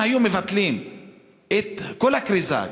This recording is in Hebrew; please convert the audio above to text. אם היו מבטלים את כל הכריזה,